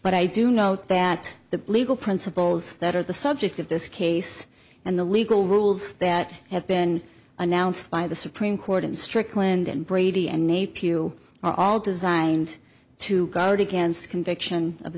but i do note that the legal principles that are the subject of this case and the legal rules that have been announced by the supreme court in strickland and brady and nape you all designed to guard against conviction of